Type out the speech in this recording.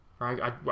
right